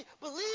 believe